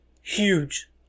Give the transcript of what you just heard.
huge